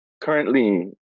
currently